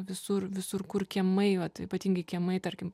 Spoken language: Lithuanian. visur visur kur kiemai vat ypatingai kiemai tarkim